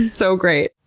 so great.